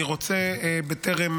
אני רוצה, בטרם